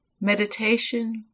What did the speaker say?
meditation